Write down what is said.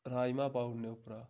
राज़मा पाऊ उड़ने उप्परा